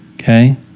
Okay